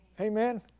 Amen